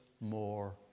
more